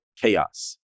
chaos